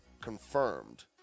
confirmed